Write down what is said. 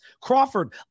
Crawford